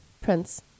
Prince